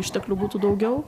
išteklių būtų daugiau